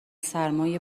سرمای